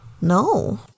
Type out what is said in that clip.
no